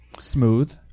smooth